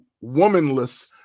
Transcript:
womanless